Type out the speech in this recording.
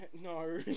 No